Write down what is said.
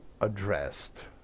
addressed